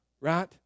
right